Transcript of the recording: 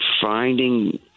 finding